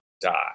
die